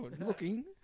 Looking